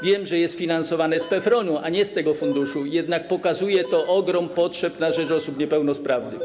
Wiem, że jest finansowane z PFRON-u, a nie z tego funduszu, jednak pokazuje to ogrom potrzeb, jeśli chodzi o osoby niepełnosprawne.